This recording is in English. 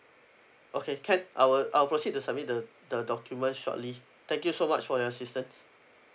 okay can I will I'll proceed to submit the the document shortly thank you so much for your assistance